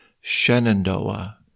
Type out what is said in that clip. Shenandoah